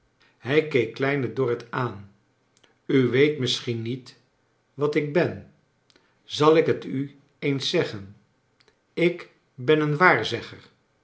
keek kleine dorrit aan u weet misschien niet wat ik ben zal ik t u eens zeggen ik ben een